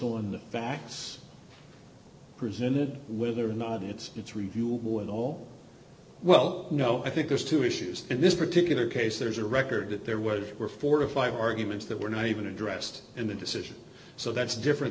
the facts presented whether or not it's review with all well no i think there's two issues in this particular case there's a record that there were were four to five arguments that were not even addressed in the decision so that's different